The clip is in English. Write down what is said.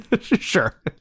Sure